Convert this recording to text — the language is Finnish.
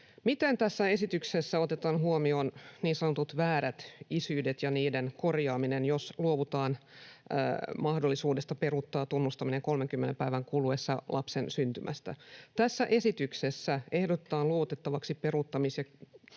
Miten tässä esityksessä otetaan huomioon niin sanotut väärät isyydet ja niiden korjaaminen, jos luovutaan mahdollisuudesta peruuttaa tunnustaminen 30 päivän kuluessa lapsen syntymästä? Tässä esityksessä ehdotetaan luovuttavaksi peruuttamis-